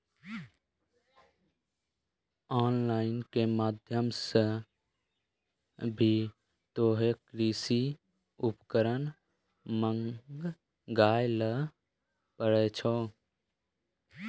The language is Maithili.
ऑन लाइन के माध्यम से भी तोहों कृषि उपकरण मंगाय ल पारै छौ